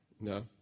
No